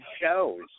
shows